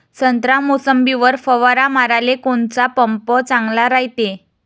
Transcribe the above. संत्रा, मोसंबीवर फवारा माराले कोनचा पंप चांगला रायते?